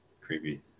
Creepy